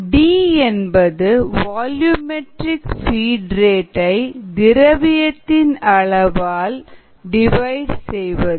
D என்பது volumetric feed rate டை திரவியத்தின் அளவால் டிவைட் செய்வது